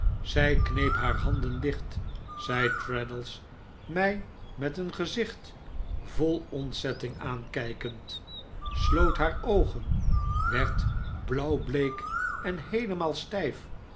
zij kneep haar handen dicht zei traddles mij met een gezicht vol ontzetting aankijkend sloot haar oogen werd blauwbleek en heelemaal stijf